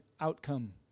outcome